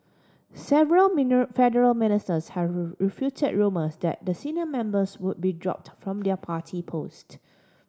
several federal ministers have refuted rumours that the senior members would be dropped from their party post